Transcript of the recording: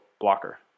blocker